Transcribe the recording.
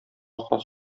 хас